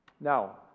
Now